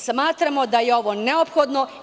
Smatramo da je ovo neophodno.